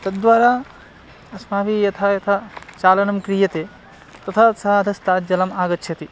तद्वारा अस्माभिः यथा यथा चालनं क्रियते तथा सा अधस्तात् जलम् आगच्छति